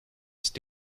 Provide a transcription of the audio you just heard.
ist